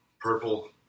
Purple